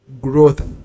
Growth